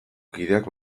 kideak